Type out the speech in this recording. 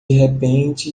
repente